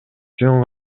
жөн